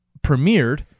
premiered